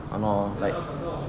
!hannor! like